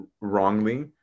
wrongly